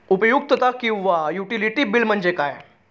उपयुक्तता किंवा utility bill म्हणजे काय?